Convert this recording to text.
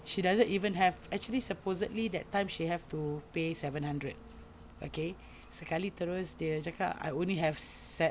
she doesn't even have actually supposedly that time she have to pay seven hundred okay sekali terus dia cakap ah I only have se~